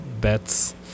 bets